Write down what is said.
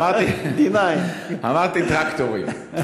D-9. אמרתי טרקטורים.